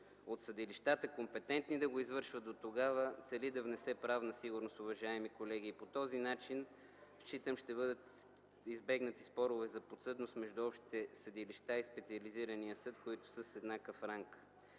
от съдилищата, компетентни да го извършват. Дотогава цели да внесе правна сигурност, уважаеми колеги, и по този начин считам, че ще бъдат избегнати спорове за подсъдност между общите съдилища и специализирания съд, които са с еднакъв ранг.